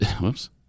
Whoops